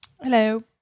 Hello